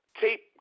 tape